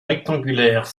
rectangulaire